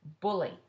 Bully